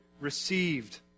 received